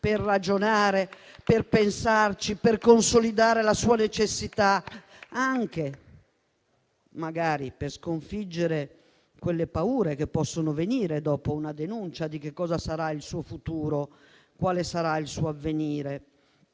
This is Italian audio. per ragionare, per pensarci, per consolidare la sua necessità o magari anche per sconfiggere le paure che possono venire dopo una denuncia su cosa sarà il suo futuro e quale sarà il suo avvenire